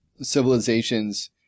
civilization's